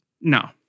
no